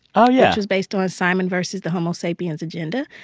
oh, yeah. which was based on simon vs. the homo sapiens agenda,